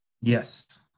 Yes